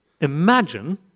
Imagine